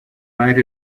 might